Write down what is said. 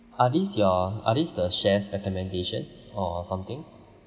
are these your are these the chef's recommendation or something